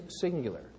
singular